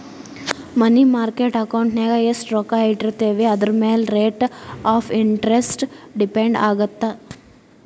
ಮನಿ market ಅಕೌಂಟಿನ್ಯಾಗ ಎಷ್ಟ್ ರೊಕ್ಕ ಇಟ್ಟಿರ್ತೇವಿ ಅದರಮ್ಯಾಲೆ ರೇಟ್ ಆಫ್ ಇಂಟರೆಸ್ಟ್ ಡಿಪೆಂಡ್ ಆಗತ್ತ